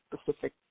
specific